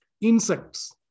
Insects